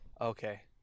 Okay